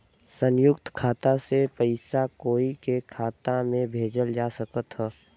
संयुक्त खाता से पयिसा कोई के खाता में भेजल जा सकत ह का?